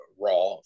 raw